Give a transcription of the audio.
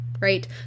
right